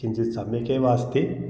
किञ्चित् सम्यकेव अस्ति